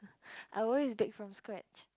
I always bake from scratch